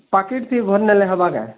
ପାକିଟ୍ଥି ଘର୍ ନେଲେ ହେବା କାଏଁ